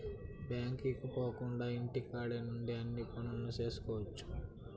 బ్యాంకుకు పోకుండా ఇంటికాడ నుండి అన్ని పనులు చేసుకోవచ్చు